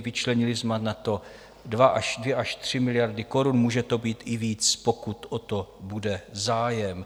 Vyčlenili jsme na to 2 až 3 miliardy korun, může to být i víc, pokud o to bude zájem.